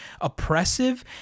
oppressive